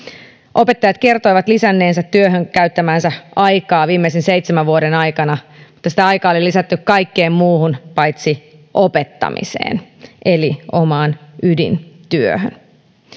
opettajat kertoivat lisänneensä työhön käyttämäänsä aikaa viimeisen seitsemän vuoden aikana mutta sitä aikaa oli lisätty kaikkeen muuhun paitsi opettamiseen eli omaan ydintyöhön